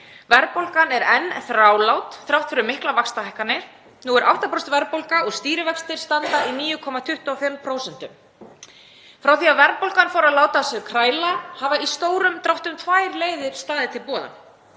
Verðbólgan er enn þrálát þrátt fyrir miklar vaxtahækkanir. Nú er 8% verðbólga og stýrivextir standa í 9,25%. Frá því að verðbólgan fór að láta á sér kræla hafa í stórum dráttum tvær leiðir staðið til boða.